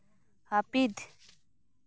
ᱦᱟᱹᱯᱤᱫ